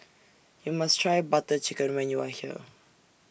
YOU must Try Butter Chicken when YOU Are here